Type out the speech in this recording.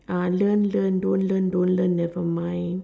uh learn learn don't learn don't learn never mind